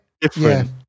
different